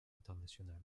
internationale